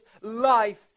life